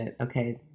okay